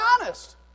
honest